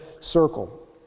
circle